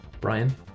Brian